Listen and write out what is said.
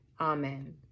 amen